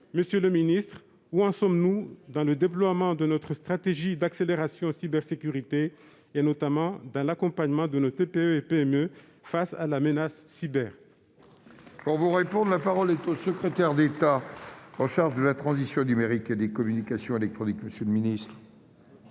Monsieur le secrétaire d'État, où en sommes-nous dans le déploiement de notre stratégie d'accélération en matière de cybersécurité, notamment dans l'accompagnement de nos TPE et PME face à la menace cyber ? La parole est à M. le secrétaire d'État chargé de la transition numérique et des communications électroniques. Monsieur le sénateur